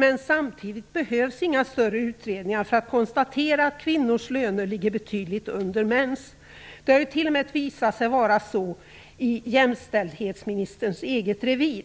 Men det behövs inga större utredningar för att man skall kunna konstatera att kvinnors löner ligger betydligt under mäns. Det har ju t.o.m. visat sig vara så i jämställdhetsministerns eget revir.